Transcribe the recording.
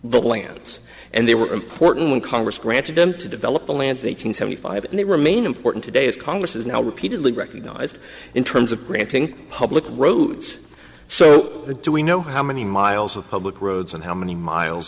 the lands and they were important when congress granted them to develop the lands eight hundred seventy five and they remain important today as congress is now repeatedly recognized in terms of granting public roads so do we know how many miles of public roads and how many miles